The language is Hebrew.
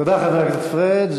תודה, חבר הכנסת פריג'.